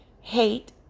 hate